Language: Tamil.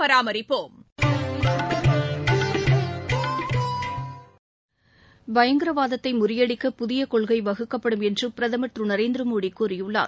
பயங்கரவாதத்தை முறியடிக்க புதிய கொள்கை வகுக்கப்படும் என்று பிரதமர் திரு நரேந்திர மோடி கூறியுள்ளார்